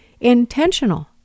intentional